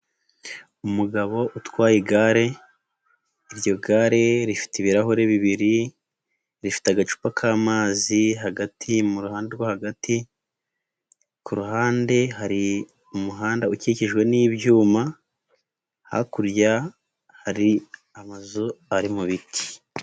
Umugabo utwaye igare, iryo gare rifite ibirahure bibiri, rifite agacupa k'amazi hagati mu ruhande rwo hagati, ku ruhande hari umuhanda ukikijwe n'ibyuma, hakurya hari amazu ari mu biti.